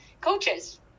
coaches